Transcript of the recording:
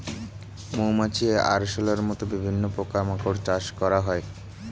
মৌমাছি, আরশোলার মত বিভিন্ন পোকা মাকড় চাষ করা হয়